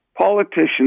politicians